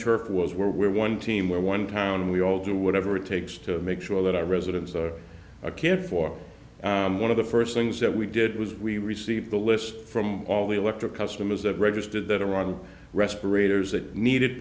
turf wars where we're one team where one town and we all do whatever it takes to make sure that our residents are cared for and one of the first things that we did was we received a list from all the electric customers that registered that are on respirators that needed